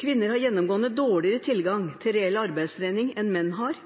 Kvinner har gjennomgående dårligere tilgang til reell arbeidstrening enn det menn har.